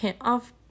off